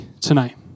tonight